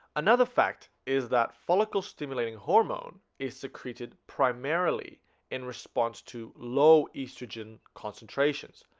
another fact is that follicle stimulating hormone is secreted primarily in response to low estrogen concentrations,